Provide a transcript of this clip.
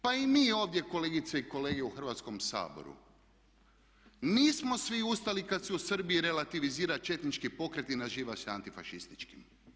Pa i mi ovdje kolegice i kolege u Hrvatskom saboru nismo svi ustali kad se u Srbiji relativizira četnički pokret i naziva se antifašističkim.